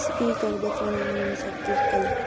speak out the following names of vehicle